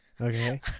Okay